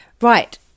right